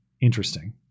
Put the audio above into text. Interesting